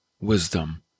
wisdom